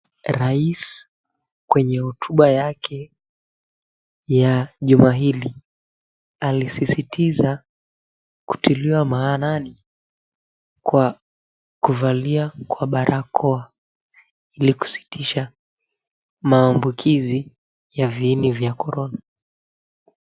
Rais kwenye hotuba yake ya juma hili, alisisitiza kutiliwa maanani kwa kuvalia kwa barakoa ilikusitisha maambukizi ya viini vya korona.